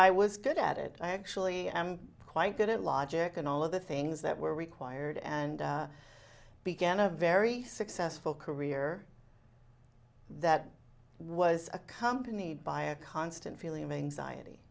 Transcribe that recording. i was good at it i actually am quite good at logic and all of the things that were required and began a very successful career that was accompanied by a constant feeling of anxiety